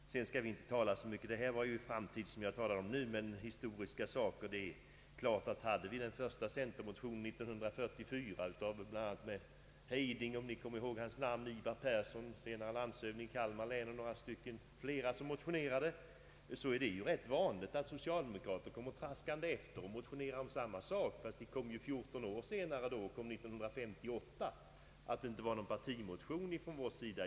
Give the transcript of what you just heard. Nu talade jag om framtiden, och jag tycker att vi inte skall tala så mycket om historiska tilldragelser. Jag vill bara nämna att det var 1944 som herrar Heiding, om någon nu kommer ihåg hans namn, Ivar Persson, senare landshövding i Kalmar län, och några stycken till från centerpartiets föregångare bondeförbundet, väckte den första motionen. Socialdemokraterna kom traskande efter och motionerade om samma sak, men det var 14 år senare. Det har sagts att det inte var någon partimotion från vårt håll.